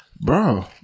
bro